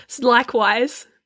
Likewise